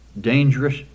dangerous